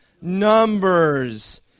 Numbers